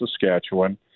Saskatchewan